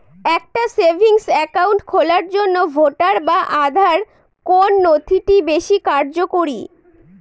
একটা savings account খোলার জন্য ভোটার বা আধার কোন নথিটি বেশী কার্যকরী?